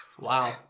Wow